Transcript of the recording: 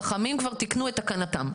החכמים כבר תיקנו את תקנתם.